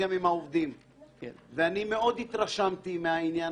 הצבעה בעד, רוב נגד, אין נמנעים, 1 סעיף 9ג(א)(ב)